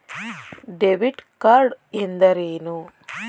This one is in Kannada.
ಡೆಬಿಟ್ ಕಾರ್ಡ್ ಎಂದರೇನು?